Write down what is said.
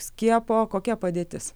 skiepo kokia padėtis